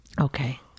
Okay